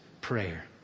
prayer